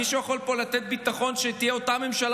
מישהו יכול לתת פה ביטחון שתהיה אותה ממשלה